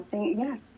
yes